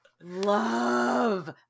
love